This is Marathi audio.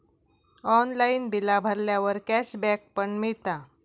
ऑनलाइन बिला भरल्यावर कॅशबॅक पण मिळता